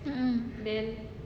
mm